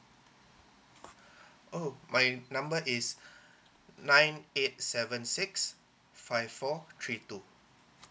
oh my number is nine eight seven six five four three two